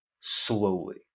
slowly